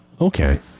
Okay